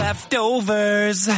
Leftovers